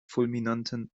fulminanten